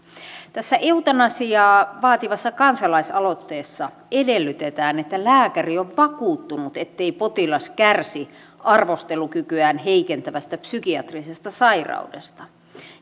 tässä eutanasiaa vaativassa kansalaisaloitteessa edellytetään että lääkäri on vakuuttunut ettei potilas kärsi arvostelukykyään heikentävästä psykiatrisesta sairaudesta